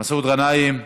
מסעוד גנאים,